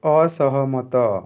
ଅସହମତ